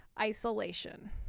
Isolation